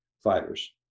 fighters